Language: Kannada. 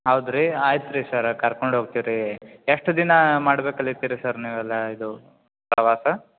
ಹೌದು ರಿ ಆಯ್ತು ರೀ ಸರ ಕರ್ಕೊಂಡು ಹೋಗ್ತಿವ್ ರೀ ಎಷ್ಟು ದಿನ ಮಾಡಬೇಕಲ್ಲತ್ತೀರಿ ಸರ್ ನೀವೆಲ್ಲ ಇದು ನೀವು ಪ್ರವಾಸ